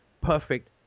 perfect